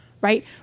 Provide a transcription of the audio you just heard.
right